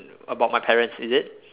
about my parents is it